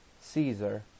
Caesar